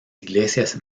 iglesias